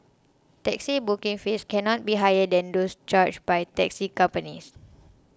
taxi booking fees cannot be higher than those charged by taxi companies